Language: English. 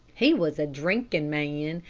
he was a drinking man,